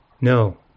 No